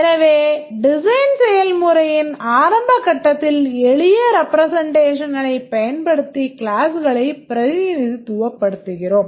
எனவே டிசைன் செயல்முறையின் ஆரம்ப கட்டத்தில் எளிய ரெப்ரெசென்ட்டேஷனைப் பயன்படுத்தி கிளாஸ்களை பிரதிநிதித்துவப் படுத்துகிறோம்